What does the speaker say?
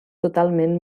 totalment